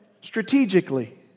strategically